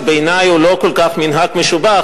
שבעיני הוא לא כל כך מנהג משובח,